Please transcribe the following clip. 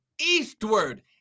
eastward